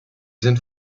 sind